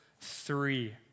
three